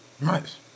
Nice